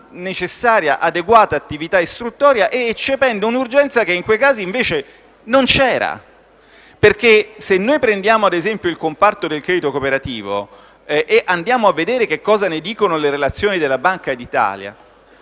necessaria adeguata attività istruttoria ed eccependo un'urgenza che in quei casi invece non c'era. Infatti, se prendiamo ad esempio il comparto del credito cooperativo e andiamo a vedere cosa ne dicono le relazioni della Banca d'Italia,